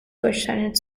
durchscheinend